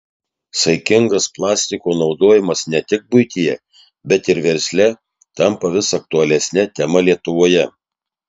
saikingas plastiko naudojimas ne tik buityje bet ir versle tampa vis aktualesne tema lietuvoje